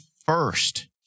first